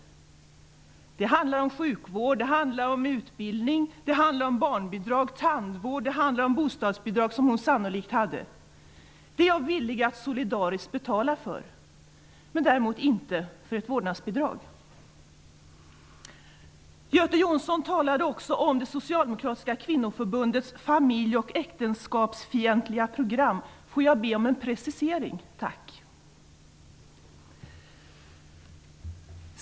Det handlar om sjukvård, utbildning, barnbidrag, tandvård och bostadsbidrag, som hon sannolikt hade. Det är jag villig att solidariskt betala för, men däremot inte för ett vårdnadsbidrag. Göte Jonsson talade också om det socialdemokratiska kvinnoförbundets familje och äktenskapsfientliga program. Får jag be om en precisering, tack!